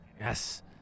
yes